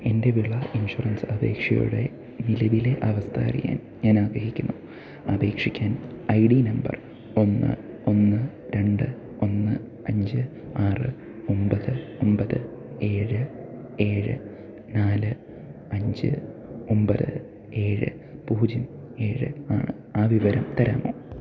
എൻ്റെ വിള ഇൻഷുറൻസ് അപേക്ഷയുടെ നിലവിലെ അവസ്ഥ അറിയാൻ ഞാൻ ആഗ്രഹിക്കുന്നു അപേക്ഷിക്കാൻ ഐ ഡി നമ്പർ ഒന്ന് ഒന്ന് രണ്ട് ഒന്ന് അഞ്ച് ആറ് ഒമ്പത് ഒമ്പത് ഏഴ് ഏഴ് നാല് അഞ്ച് ഒമ്പത് ഏഴ് പൂജ്യം ഏഴ് ആണ് ആ വിവരം തരാമോ